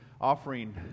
offering